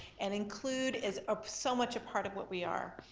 and include is ah so much a part of what we are.